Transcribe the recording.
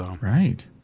Right